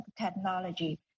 technology